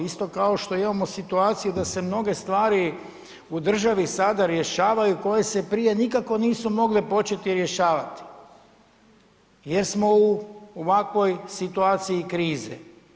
Isto kao što imamo situaciju da se mnoge stvari u državi sada rješavaju koje se prije nikako nisu mogle početi rješavati jer smo u ovakvoj situaciji krize.